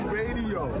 radio